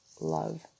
love